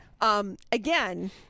Again